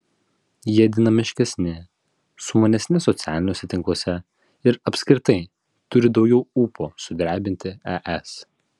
jie dinamiškesni sumanesni socialiniuose tinkluose ir apskritai turi daugiau ūpo sudrebinti es